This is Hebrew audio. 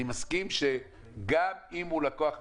אני מסכים שגם אם הוא לקוח מתמשך,